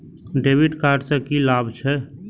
डेविट कार्ड से की लाभ छै?